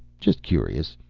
just curious.